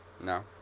No